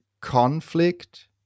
conflict